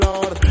Lord